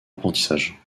apprentissage